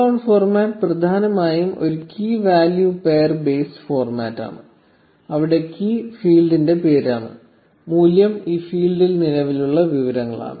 JSON format പ്രധാനമായും ഒരു key value pair based ഫോർമാറ്റാണ് അവിടെ കീ ഫീൽഡിന്റെ പേരാണ് മൂല്യം ഈ ഫീൽഡിൽ നിലവിലുള്ള വിവരങ്ങളാണ്